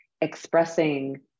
expressing